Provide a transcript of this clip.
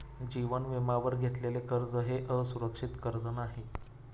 जीवन विम्यावर घेतलेले कर्ज हे असुरक्षित कर्ज नाही